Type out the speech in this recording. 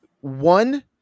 one